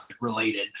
related